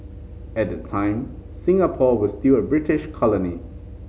at that time Singapore was still a British colony